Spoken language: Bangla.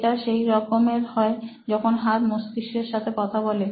এটা সেই রকমের হয় যখন হাত মস্তিষ্কের সাথে কথা বলে